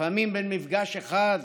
לפעמים, בין מפגש אחד